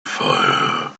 fire